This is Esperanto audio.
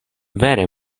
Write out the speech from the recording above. vere